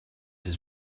his